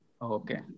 okay